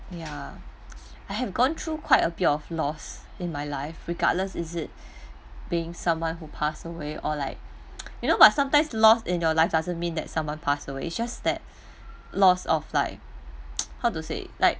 ya I have gone through quite a bit of lost in my life regardless is it being someone who pass away or like you know but sometimes lost in your life doesn't mean that someone pass away just that lost of like how to say like